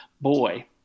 Boy